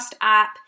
app